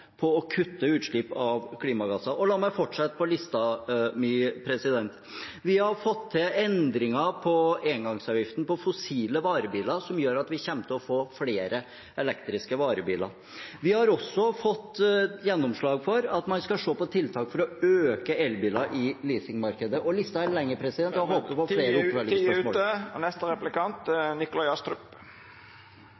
på å kutte utslipp av klimagasser. La meg fortsette på listen min: Vi har fått til endringer på engangsavgiften for fossile varebiler, som gjør at vi kommer til å få flere elektriske varebiler. Vi har også fått gjennomslag for at man skal se på tiltak for å øke andelen elbiler i leasingmarkedet. Listen er lengre, og jeg håper på flere oppfølgingsspørsmål. Tida er ute.